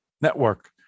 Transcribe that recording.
Network